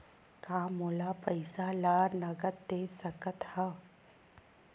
का मोला पईसा ला नगद दे सकत हव?